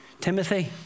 Timothy